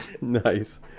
Nice